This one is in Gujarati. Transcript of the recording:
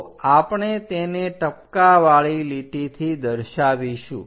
તો આપણે તેને ટપકાવાળી લીટીથી દર્શાવીશું